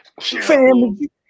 Family